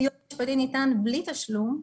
הסיוע ניתן בלי תשלום,